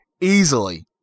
Easily